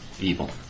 evil